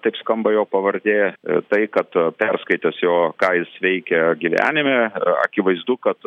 taip skamba jo pavardė tai kad perskaitęs jo ką jis veikia gyvenime akivaizdu kad